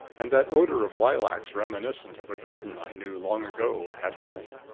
and that odor of lilacs reminiscent of a garden i knew long ago, at home.